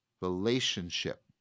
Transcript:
relationship